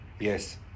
Yes